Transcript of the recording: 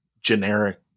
generic